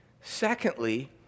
Secondly